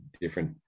different